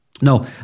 No